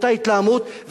באותה התלהמות,